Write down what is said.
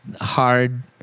hard